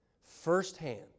firsthand